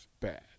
bad